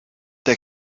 der